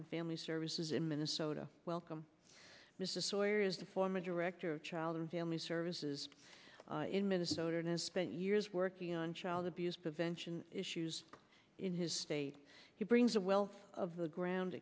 and family services in minnesota welcome mr sawyer image rector of child and family services in minnesota spent years working on child abuse prevention issues in his state he brings a wealth of the ground